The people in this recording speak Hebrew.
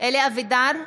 אלי אבידר,